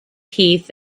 heath